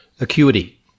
acuity